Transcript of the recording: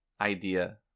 idea